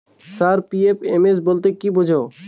Sir PFMS বলতে কি বোঝায়?